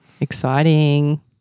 Exciting